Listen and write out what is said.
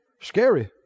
scary